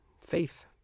Faith